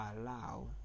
allow